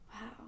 Wow